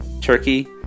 Turkey